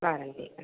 warranty ആ